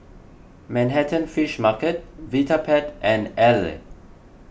Manhattan Fish Market Vitapet and Elle